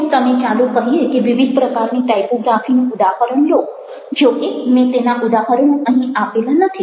જો તમે ચાલો કહીએ કે વિવિધ પ્રકારની ટાઇપોગ્રાફીનું ઉદાહરણ લો જો કે મેં તેના ઉદાહરણો અહીં આપેલા નથી